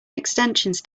extensions